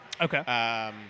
Okay